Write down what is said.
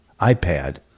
iPad